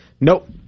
Nope